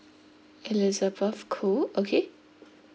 elizabeth khoo okay